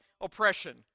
oppression